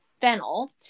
fennel